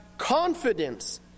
Confidence